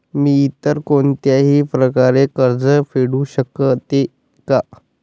मी इतर कोणत्याही प्रकारे कर्ज फेडू शकते का?